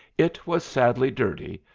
it was sadly dirty,